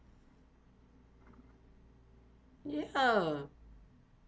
ya